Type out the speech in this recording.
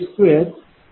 966271।20